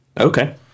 Okay